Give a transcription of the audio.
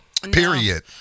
Period